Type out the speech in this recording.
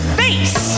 face